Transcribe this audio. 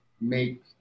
make